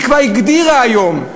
היא כבר הגדירה היום.